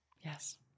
yes